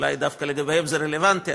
אולי לגביהם זה רלוונטי,